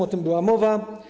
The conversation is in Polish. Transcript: O tym była mowa.